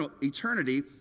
eternity